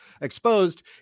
exposed